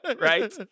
Right